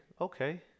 okay